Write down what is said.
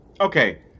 Okay